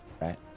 right